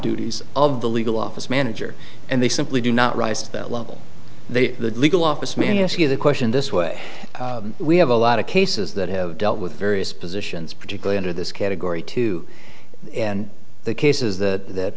duties of the legal office manager and they simply do not rise to that level they the legal office me ask you the question this way we have a lot of cases that have dealt with various positions particularly under this category two and the cases that